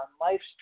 life's